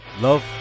love